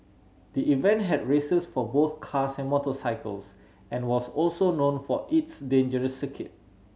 the event had races for both cars and motorcycles and was also known for its dangerous circuit